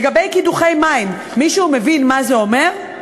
לגבי קידוחי מים, מישהו מבין מה זה אומר,